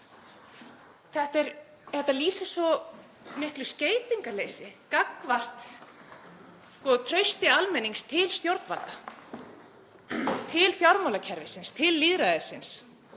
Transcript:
Þetta lýsir svo miklu skeytingarleysi gagnvart trausti almennings til stjórnvalda, til fjármálakerfisins, til lýðræðisins.